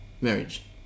Marriage